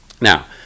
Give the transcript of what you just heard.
Now